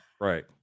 right